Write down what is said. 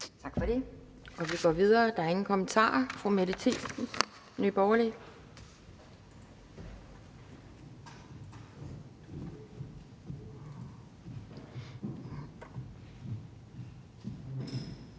Tak for det.